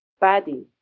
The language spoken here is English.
body